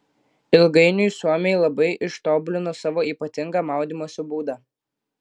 ilgainiui suomiai labai ištobulino savo ypatingą maudymosi būdą